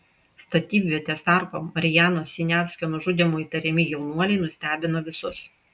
statybvietės sargo marijano siniavskio nužudymu įtariami jaunuoliai nustebino visus